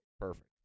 Perfect